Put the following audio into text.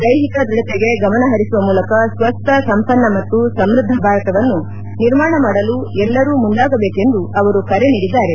ದೈಹಿಕ ದೃಢತೆಗೆ ಗಮನ ಹರಿಸುವ ಮೂಲಕ ಸ್ವಸ್ಥ ಸಂಪನ್ನ ಮತ್ತು ಸಂವ್ವದ್ದ ಭಾರತವನ್ನು ನಿರ್ಮಾಣ ಮಾಡಲು ಎಲ್ಲರೂ ಮುಂದಾಗಬೇಕೆಂದು ಅವರು ಕರೆ ನೀಡಿದ್ದಾರೆ